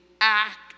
act